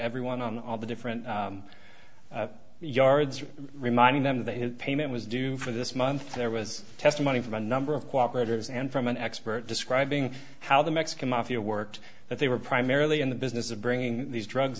everyone on all the different yards reminding them that his payment was due for this month there was testimony from a number of cooperate as and from an expert describing how the mexican mafia worked that they were primarily in the business of bringing these drugs